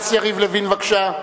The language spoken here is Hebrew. חבר הכנסת יריב לוין, בבקשה.